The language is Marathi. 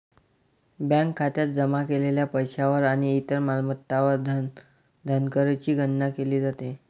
बँक खात्यात जमा केलेल्या पैशावर आणि इतर मालमत्तांवर धनकरची गणना केली जाते